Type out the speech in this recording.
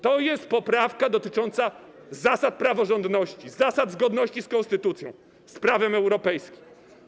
To jest poprawka dotycząca zasad praworządności, zasad zgodności z konstytucją, z prawem europejskim.